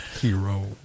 hero